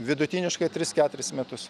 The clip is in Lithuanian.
vidutiniškai tris keturis metus